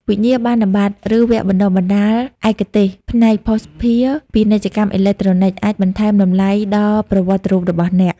វិញ្ញាបនបត្រ ឬវគ្គបណ្តុះបណ្តាលឯកទេសផ្នែកភស្តុភារ ពាណិជ្ជកម្មអេឡិចត្រូនិក អាចបន្ថែមតម្លៃដល់ប្រវត្តិរូបរបស់អ្នក។